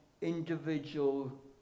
individual